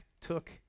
took